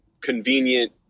convenient